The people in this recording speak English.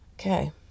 Okay